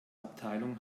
abteilung